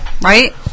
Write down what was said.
right